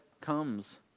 comes